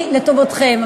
אני לטובתכם.